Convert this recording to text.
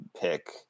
pick